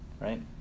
right